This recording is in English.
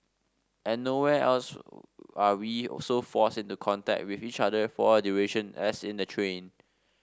and nowhere else are we so forced into contact with each other for a duration as in the train